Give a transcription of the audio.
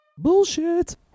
Bullshit